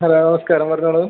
hello നമസ്കാരം പറഞ്ഞോളൂ